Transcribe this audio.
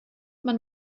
man